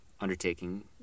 undertaking